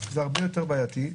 זה הרבה יותר בעייתי.